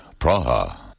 Praha